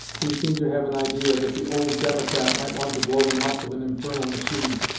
who seemed to have an idea that the old democrat might want to blow them up with an infernal machine.